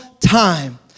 time